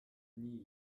nie